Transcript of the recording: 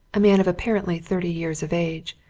a man of apparently thirty years of age,